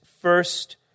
first